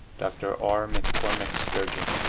dr. r. mccormick sturgeon.